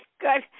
Good